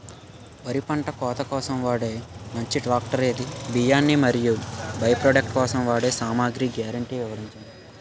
వరి పంట కోత కోసం వాడే మంచి ట్రాక్టర్ ఏది? బియ్యాన్ని మరియు బై ప్రొడక్ట్ కోసం వాడే సామాగ్రి గ్యారంటీ వివరించండి?